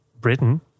Britain